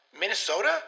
Minnesota